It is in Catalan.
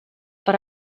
per